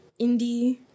indie